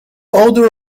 odor